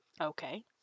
Okay